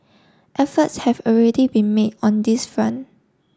efforts have already been made on this front